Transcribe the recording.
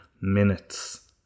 minutes